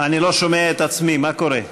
אני לא שומע את עצמי, מה קורה?